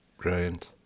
Brilliant